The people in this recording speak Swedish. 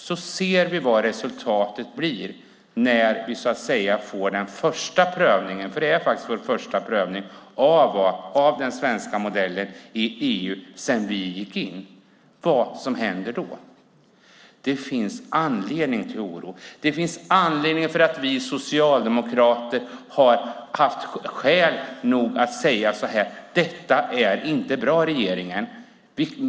Nu ser vi vad resultatet blir när vi får den första prövningen - det är faktiskt den första prövningen - av den svenska modellen i EU sedan vi gick med i EU. Nu ser vi alltså vad som händer. Det finns anledning till oro. Det finns anledning till att vi socialdemokrater haft skäl att säga: Detta är inte bra, regeringen!